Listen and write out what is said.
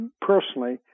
personally